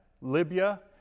Libya